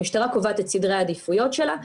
המשטרה קובעת את סדרי העדיפויות שלה,